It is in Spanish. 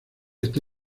está